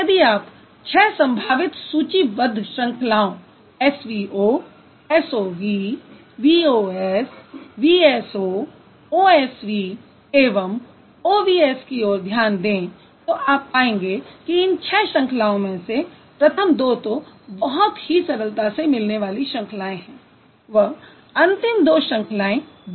तो यदि आप 6 संभावित सूचीबद्ध श्रंखलाओं SVO SOV VOS VSO OSV एवं OVS की ओर ध्यान दें तो आप पाएंगे कि इन छह श्रंखलाओं में से प्रथम दो तो बहुत ही सरलता से मिलने वाली श्रंखलाएं हैं व अंतिम दो श्रंखलाएं दुर्लभ हैं